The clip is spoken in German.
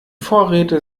vorräte